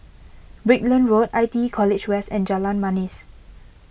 Brickland Road I T E College West and Jalan Manis